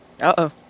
Uh-oh